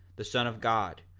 the son of god,